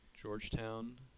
Georgetown